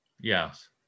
yes